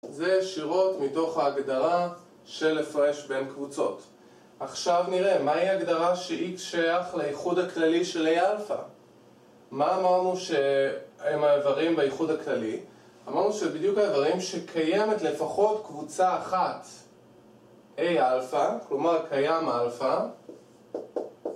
זה ישירות מתוך ההגדרה של הפרש בין קבוצות עכשיו נראה, מהי הגדרה שאיקס שייך לאיחוד הכללי של A-Alpha מה אמרנו הם האיברים באיחוד הכללי? אמרנו שבדיוק האיברים שקיימת לפחות קבוצה אחת A-Alpha, כלומר קיים Alpha